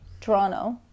Toronto